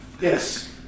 Yes